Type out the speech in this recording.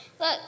Look